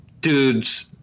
dudes